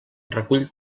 recull